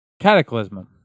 Cataclysm